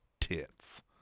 tits